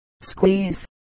squeeze